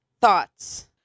Thoughts